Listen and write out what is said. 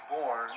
born